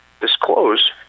disclose